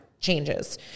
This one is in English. changes